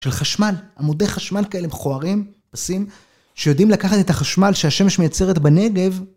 של חשמל, עמודי חשמל כאלה מכוערים, עושים, שיודעים לקחת את החשמל שהשמש מייצרת בנגב.